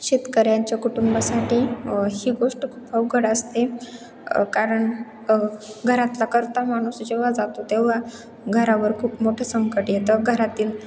शेतकऱ्यांच्या कुटुंबासाठी ही गोष्ट खूप अवघड असते कारण घरातला कर्ता माणूस जेव्हा जातो तेव्हा घरावर खूप मोठं संकट येतं घरातील